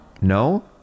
No